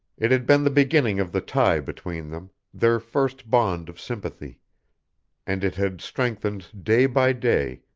it had been the beginning of the tie between them, their first bond of sympathy and it had strengthened day by day,